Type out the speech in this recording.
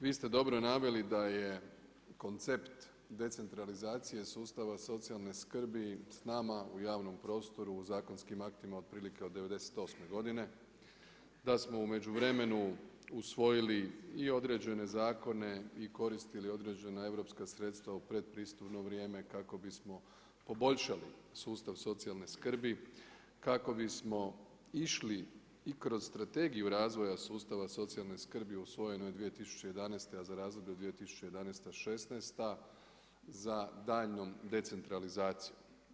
Vi ste dobro naveli da je koncept decentralizacije sustava socijalne skrbi s nama u javnom prostoru u zakonskim aktima otprilike od '98. godine, da smo u međuvremenu usvojili i određene zakone i koristili određena europska sredstva u predpristupno vrijeme kako bismo poboljšali sustav socijalne skrbi, kako bismo išli i kroz strategiju razvoja sustava socijalne skrbi usvojenoj 2011. a za razdoblje 2011.-'16.-ta za daljnjom decentralizacijom.